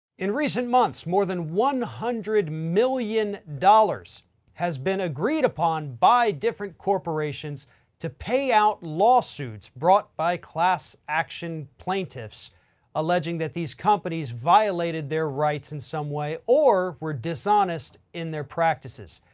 in recent months, more than one hundred million dollars has been agreed upon by different corporations to pay out lawsuits brought by class action plaintiffs alleging that these companies violated their rights in some way or were dishonest in their practices.